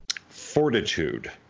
fortitude